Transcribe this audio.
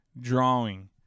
drawing